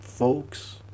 folks